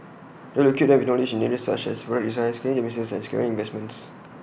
IT will equip them with knowledge in areas such as where design scaling their businesses and securing investments